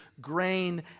grain